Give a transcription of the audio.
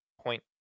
point